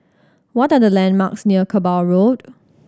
what are the landmarks near Kerbau Road